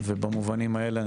ובמובנים האלה,